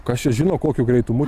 kas čia žino kokiu greitumu